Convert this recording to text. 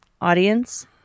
Audience